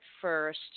first